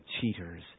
cheaters